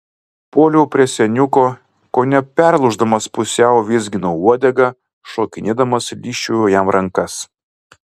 puoliau prie seniuko kone perlūždamas pusiau vizginau uodegą šokinėdamas lyžčiojau jam rankas